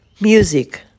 Music